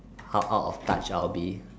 how out of touch I will be